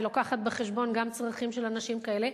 ולוקחת בחשבון גם צרכים של אנשים כאלה,